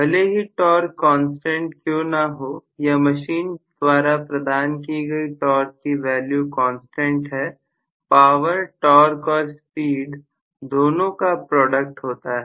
भले ही torque constant क्यों ना हो या मशीन द्वारा प्रदान की गई टॉर्क की वैल्यू कांस्टेंट है पावर टॉर्क और स्पीड दोनों का प्रोडक्ट होता है